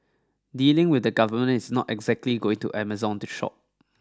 dealing with the Government is not exactly going to Amazon to shop